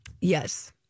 Yes